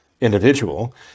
Individual